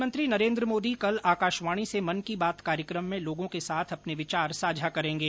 प्रधानमंत्री नरेन्द्र मोदी कल आकाशवाणी से मन की बात कार्यक्रम में लोगों के साथ अपने विचार साझा करेंगे